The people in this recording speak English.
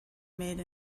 made